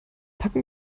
packen